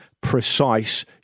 precise